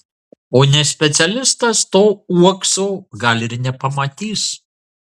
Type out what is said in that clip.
o ne specialistas to uokso gal ir nepamatys